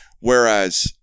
whereas